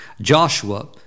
Joshua